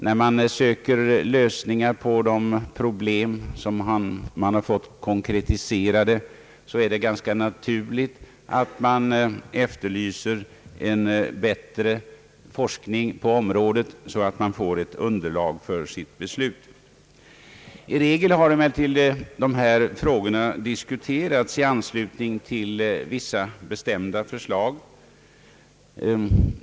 När man söker lösningar på de problem som man fått konkretiserade, är det ganska naturligt att man efterlyser en bättre forskning på området, så att man får ett bättre underlag för sina beslut. I regel har emellertid dessa frågor diskuterats i anslutning till vissa bestämda förslag.